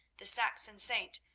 the saxon saint,